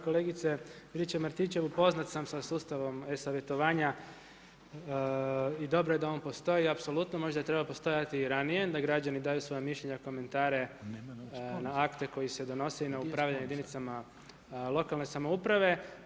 Kolegice Juričev Martinčev, upoznat sam sa sustavom e-savjetovanja i dobro je da on postoji, apsolutno, možda je trebao postojati i ranije, da građani daju svoja mišljenja, komentare, akte koje se donose na upravljanje jedinicama lokalne samouprave.